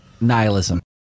Nihilism